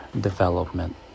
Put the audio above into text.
Development